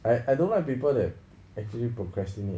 I I don't like people that actually procrastinate